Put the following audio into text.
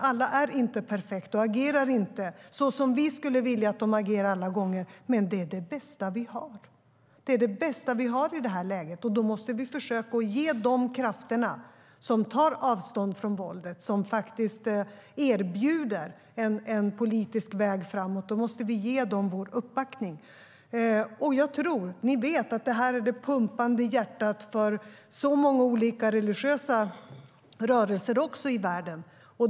Alla är inte perfekta och agerar inte alla gånger på det sätt som vi skulle vilja, men det är det bästa vi har i det här läget. Och då måste vi försöka backa upp de krafter som tar avstånd från våldet och som erbjuder en politisk väg framåt. Det här är det pumpande hjärtat för många olika religiösa rörelser i världen.